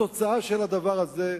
התוצאה של הדבר הזה,